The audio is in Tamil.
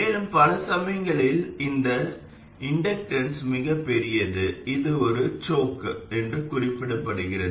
மேலும் பல சமயங்களில் இந்த இண்டக்டன்ஸ் மிகப் பெரியது இது ஒரு சோக் என்று குறிப்பிடப்படுகிறது